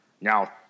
now